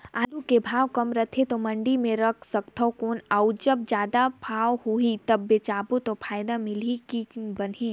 आलू के भाव कम रथे तो मंडी मे रख सकथव कौन अउ जब जादा भाव होही तब बेचबो तो फायदा मिलही की बनही?